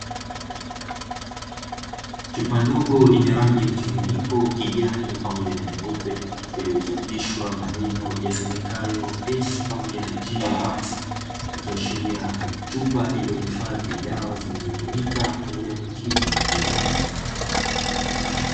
Chupa ndogo, yenye rangi mchanganyiko kijani pamoja na nyeupe, iliyochapishwa maneno yasomekajo "S"pamoja na "G VAX"; ikiashiria kuwa ni chupa iliyohifadhi dawa zinazotumika kwa ajili ya kutibu mifugo.